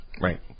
Right